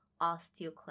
osteoclast